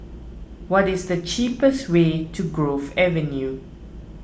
what is the cheapest way to Grove Avenue